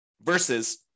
versus